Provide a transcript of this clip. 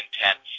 intense